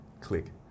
click